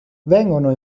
vengono